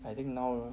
I think now